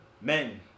Men